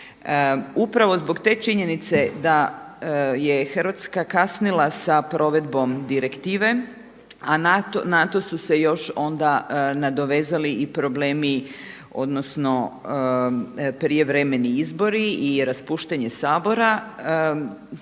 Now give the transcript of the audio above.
Upravo zbog te činjenice da je Hrvatska kasnila sa provedbom direktive a na to su se još onda nadovezali i problemi odnosno prijevremeni izbori i raspuštanje Sabora.